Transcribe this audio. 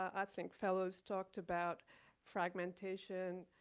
i think, fellows talked about fragmentation